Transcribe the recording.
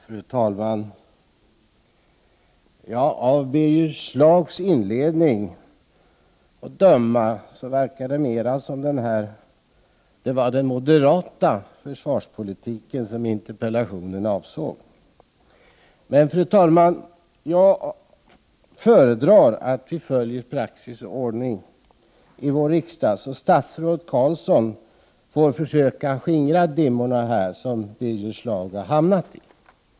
Fru talman! Av Birger Schlaugs inledning att döma verkar det som om det mera var den moderata försvarspolitiken som interpellationen avsåg. Men, fru talman, jag föredrar att vi följer praxis och ordning i vår riksdag, och statsrådet Roine Carlsson får försöka skingra de dimmor Birger Schlaug hamnat i.